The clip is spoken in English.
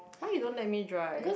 why you don't let me drive